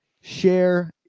share